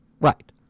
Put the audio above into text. Right